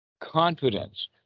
confidence